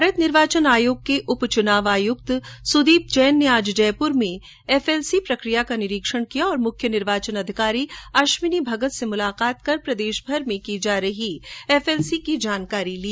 भारत निर्वाचन आयोग के उप चुनाव आयुक्त श्री सुदीप जैन ने आज जयपुर में एफएलसी प्रकिया का निरीक्षण किया और मुख्य निर्वाचन अधिकारी अश्विनी भगत से मुलाकात कर प्रदेशभर में की जा रही एफएलसी की जानकारी ली